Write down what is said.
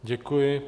Děkuji.